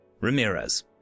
Ramirez